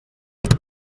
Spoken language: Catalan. gat